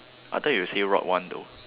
I thought you will say rot one though